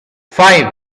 five